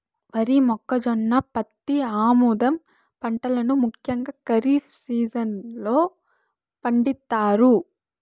వరి, మొక్కజొన్న, పత్తి, ఆముదం పంటలను ముఖ్యంగా ఖరీఫ్ సీజన్ లో పండిత్తారు